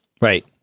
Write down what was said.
Right